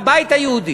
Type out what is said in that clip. הבית היהודי.